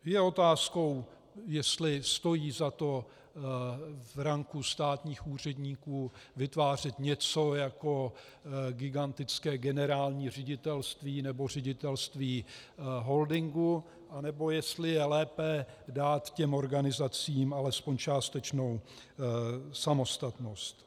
Je otázkou, jestli stojí za to v ranku státních úředníků vytvářet něco jako gigantické generální ředitelství nebo ředitelství holdingu, anebo jestli je lépe dát těm organizacím alespoň částečnou samostatnost.